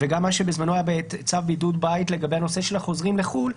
-- וגם מה שבזמנו היה צו בידוד בית לגבי הנושא של החוזרים לחו"ל,